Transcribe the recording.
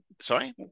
sorry